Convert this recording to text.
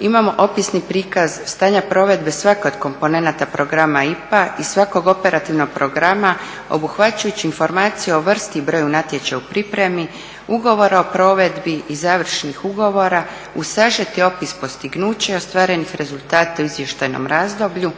imamo opisni prikaz stanja provedbe svake od komponenata programa IPA i svakog operativnog programa obuhvaćajući informacije o vrsti i broju natječaja u pripremi, ugovorna o provedbi i završnih ugovora u sažeti opis postignuća i ostvarenih rezultata u izvještajnom razdoblju